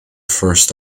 first